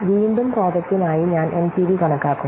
വീണ്ടും പ്രോജക്ടിനായി ഞാൻ എൻപിവി കണക്കാക്കുന്നു